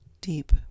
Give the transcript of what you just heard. deep